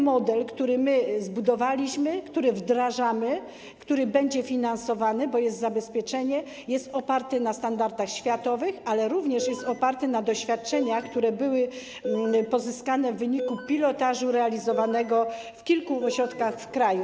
model, który zbudowaliśmy, który wdrażamy, który będzie finansowany, bo jest zabezpieczenie, jest oparty na standardach światowych, ale również na doświadczeniach pozyskanych w wyniku pilotażu realizowanego w kilku ośrodkach w kraju.